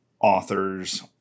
authors